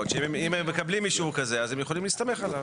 שאם מקבלים אישור כזה אז הם יכולים להסתמך עליו.